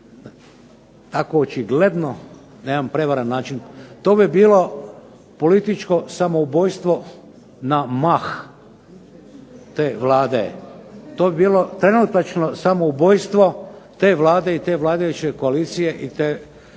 tako očigledno na jedan prevaren način. To bi bilo političko samoubojstvo na mah te vlade. To bi bilo trenutačno samoubojstvo te vlade i te vladajuće koalicije i te